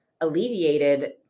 alleviated